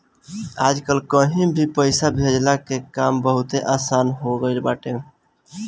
आजकल कहीं भी पईसा भेजला के काम बहुते आसन हो गईल बाटे